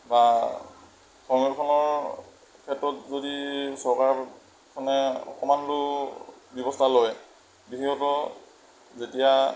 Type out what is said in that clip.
বা সংৰক্ষণৰ ক্ষেত্ৰত যদি চৰকাৰখনে অকণমান হ'লেও ব্যৱস্থা লয় বিশেষত যেতিয়া